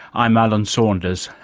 i'm alan saunders,